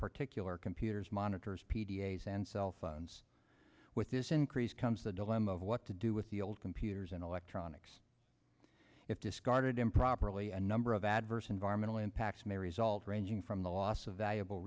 particular computers monitors p d s and cell phones with this increase comes the dilemma of what to do with the old computers and electronics if discarded improperly a number of adverse environmental impacts may result ranging from the loss of valuable